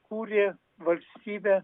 kūrė valstybę